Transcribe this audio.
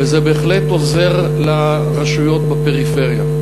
וזה בהחלט עוזר לרשויות בפריפריה.